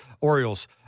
Orioles